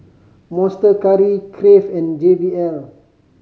Monster Curry Crave and J B L